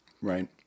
Right